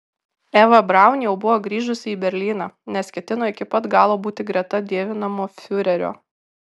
eva braun jau buvo grįžusi į berlyną nes ketino iki pat galo būti greta dievinamo fiurerio